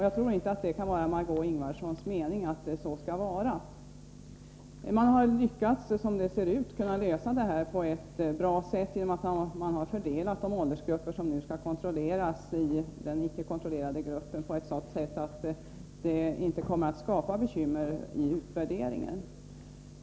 Jag tror inte att det kan vara Margö Ingvardssons mening att så skulle ske. Man har lyckats, som det ser ut, lösa detta problem på ett bra sätt, genom att man har fördelat de åldersgrupper som nu skall kontrolleras i den icke kontrollerade gruppen så att det inte kommer att skapa bekymmer i utvärderingen.